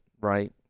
right